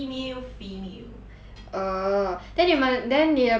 oh then 你们 then 你的朋友跟你喜欢吃什么 leh